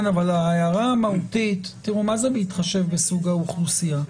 אבל ההערה המהותית מה זה "להתחשב בסוג האוכלוסייה"?